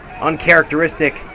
uncharacteristic